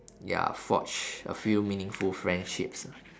ya forge a few meaningful friendships ah